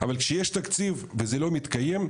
אבל כשיש תקציב וזה לא מתקיים,